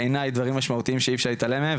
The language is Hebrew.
בעיניי דברים משמעותיים שאי אפשר להתעלם מהם,